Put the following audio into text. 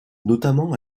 notamment